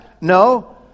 no